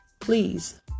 Please